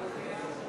המשרד לקליטת העלייה,